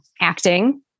acting